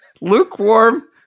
lukewarm